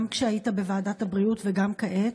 גם כשהיית בוועדת הבריאות וגם כעת.